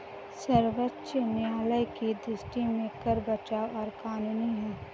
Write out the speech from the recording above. सर्वोच्च न्यायालय की दृष्टि में कर बचाव गैर कानूनी है